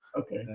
Okay